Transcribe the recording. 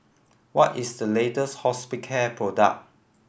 what is the latest Hospicare product